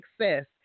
success